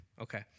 Okay